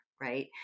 right